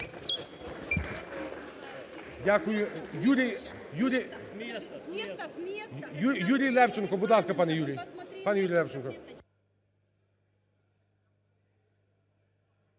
Юрій... Юрій Левченко. Будь ласка, пане Юрій.